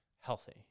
healthy